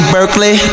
Berkeley